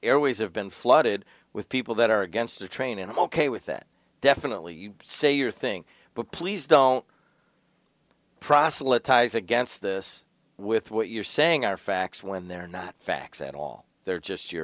airways have been flooded with people that are against a train and i'm ok with that definitely say your thing but please don't proselytize against this with what you're saying are facts when they're not facts at all they're just your